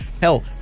Hell